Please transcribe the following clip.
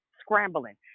scrambling